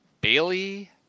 Bailey